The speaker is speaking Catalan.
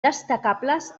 destacables